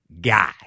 guy